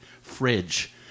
fridge